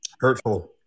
Hurtful